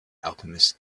alchemist